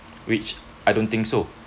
which I don't think so